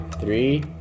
three